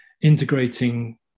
integrating